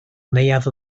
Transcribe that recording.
neuadd